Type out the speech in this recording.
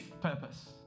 purpose